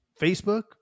Facebook